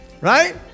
Right